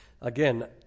Again